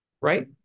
right